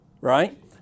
Right